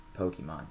Pokemon